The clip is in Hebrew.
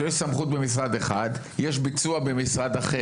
שיש סמכות במשרד אחד ויש ביצוע במשרד אחר.